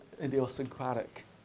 idiosyncratic